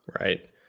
Right